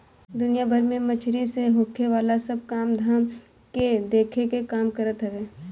दुनिया भर में मछरी से होखेवाला सब काम धाम के इ देखे के काम करत हवे